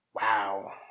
wow